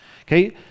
Okay